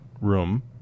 room